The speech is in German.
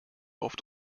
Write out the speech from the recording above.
oft